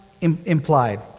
implied